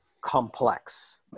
complex